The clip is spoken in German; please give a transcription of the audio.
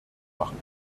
machen